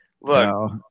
Look